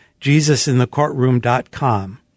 jesusinthecourtroom.com